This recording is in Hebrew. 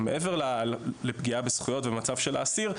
מעבר לפגיעה בזכויות ובמצב של האסיר,